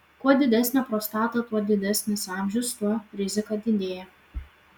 kuo didesnė prostata kuo didesnis amžius tuo rizika didėja